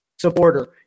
supporter